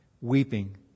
weeping